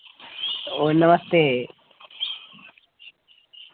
नमस्ते